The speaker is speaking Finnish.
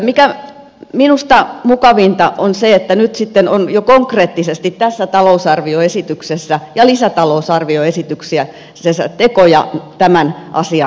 mikä minusta mukavinta on se että nyt sitten on jo konkreettisesti tässä talousarvioesityksessä ja lisätalousarvioesityksissä tekoja tämän asian puolesta